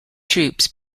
troops